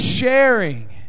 sharing